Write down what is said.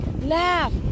laugh